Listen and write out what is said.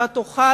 אתה תוכל,